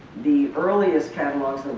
the earliest catalogues,